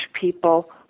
people